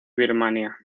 birmania